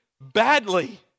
badly